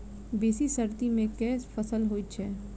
बेसी सर्दी मे केँ फसल होइ छै?